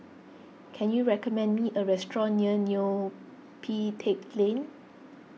can you recommend me a restaurant near Neo Pee Teck Lane